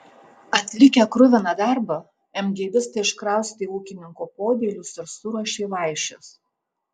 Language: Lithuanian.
atlikę kruviną darbą emgėbistai iškraustė ūkininko podėlius ir suruošė vaišes